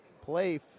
play